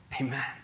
Amen